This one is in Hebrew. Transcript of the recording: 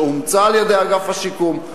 שאומצה על-ידי אגף השיקום,